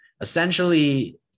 Essentially